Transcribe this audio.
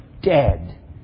dead